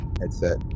headset